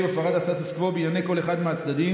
הפרת הסטטוס קוו בעיני כל אחד מהצדדים.